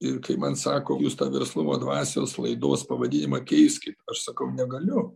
ir kai man sako jūs tą verslumo dvasios laidos pavadinimą keiskit aš sakau negaliu